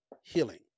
healing